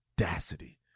audacity